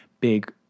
big